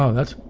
um that's